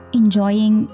enjoying